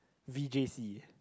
v_j_c